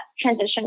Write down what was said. transition